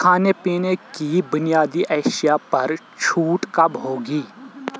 کھانے پینے کی بنیادی ایشیا پر چھوٹ کب ہوگی